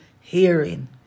hearing